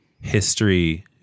history